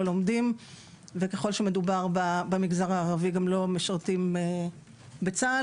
לא לומדים וככל שמדובר במגזר הערבי גם לא משרתים בצה״ל.